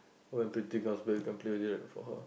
when Preeti comes back you can play it with for her